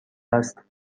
است